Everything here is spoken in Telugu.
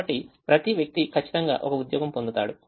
కాబట్టి ప్రతి వ్యక్తి ఖచ్చితంగా ఒక ఉద్యోగం పొందుతాడు